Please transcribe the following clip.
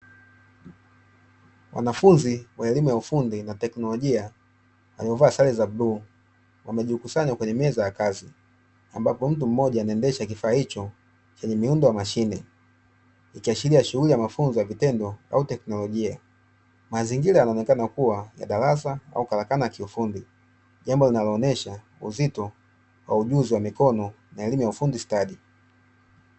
Wanafunzi wa elimu ya ufundi na teknolojia waliovaa sare za bluu, wamejikusanya kwenye meza ya kazi ambapo mtu mmoja anaendesha mashine ikiashiria shughuli ya mafunzo kwa vitendo au teknolojia, mazingira yanaonyesha ya darasa au kalakana ya kiufundi jambo linaloonyesha uzito wa ujuzi wa mikono na elimu ya ufundi stadi.